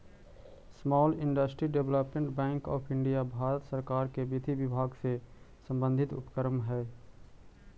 small industries development bank of India Bharat सरकार के विधि विभाग से संबंधित उपक्रम हइ